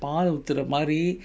பால் ஊத்துற மாரி:paal oothura maari